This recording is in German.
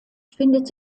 findet